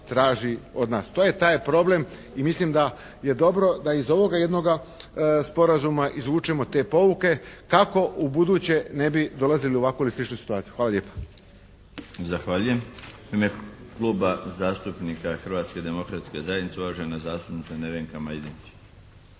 traži od nas. To je taj problem i mislim da je dobro da iz ovoga jednoga sporazuma izvučemo te pouke kako u buduće ne bi dolazili u ovakvu ili sličnu situaciju. Hvala lijepa. **Šeks, Vladimir (HDZ)** Zahvaljujem. U ime Kluba Hrvatske demokratske zajednice uvažena zastupnica Nevenka Majdenić.